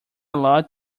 lot